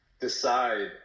decide